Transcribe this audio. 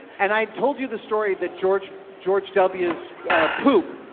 and i told you the story that george george w's poop,